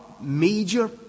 major